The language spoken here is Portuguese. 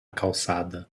calçada